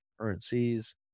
currencies